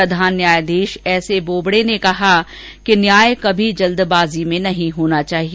प्रधान न्यायाधीश S A Bobde ने कहा कि न्याय कभी जल्दबाजी में नहीं होना चाहिए